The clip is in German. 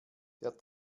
der